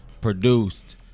produced